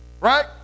right